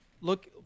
look